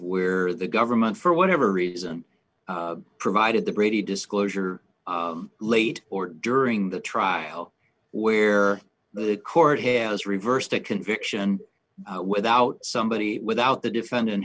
where the government for whatever reason provided the brady disclosure late or during the trial where the court has reversed that conviction without somebody without the defendant